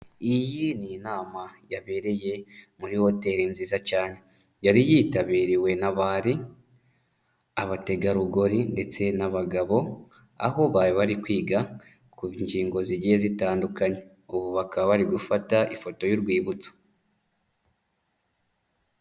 Iyi ni inama yabereye muri hoteri nziza cyane. Yari yitabiriwe n'abari, abategarugori ndetse n'abagabo, aho bari bari kwiga ku ngingo zigiye zitandukanye. Ubu bakaba bari gufata ifoto y'urwibutso.